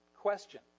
question